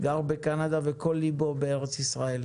גר בקנדה וכל ליבו בארץ-ישראל,